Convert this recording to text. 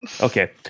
Okay